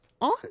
on